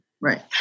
Right